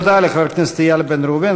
תודה לחבר הכנסת איל בן ראובן.